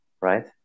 right